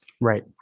Right